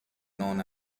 known